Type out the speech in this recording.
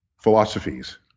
philosophies